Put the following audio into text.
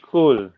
Cool